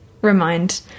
remind